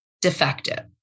defective